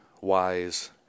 wise